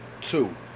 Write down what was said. two